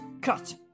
cut